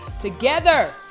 together